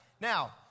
Now